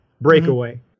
breakaway